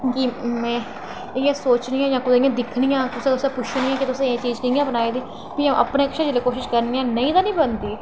की में इंया सोचनी आं जां दिक्खनी आं ते कुसै कुसै गी पुच्छनी आं की एह् चीज़ तुसें कियां बनाई दी भी अपने कशा कोशिश करने आं ते नेहीं तां निं बनदी